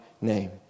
name